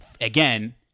again